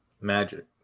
Magic